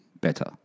better